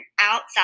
outside